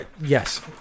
Yes